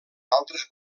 altres